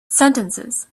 sentences